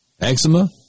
eczema